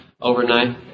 overnight